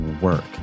work